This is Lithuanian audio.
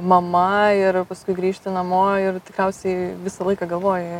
mama ir paskui grįžti namo ir tikriausiai visą laiką galvoji